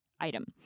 item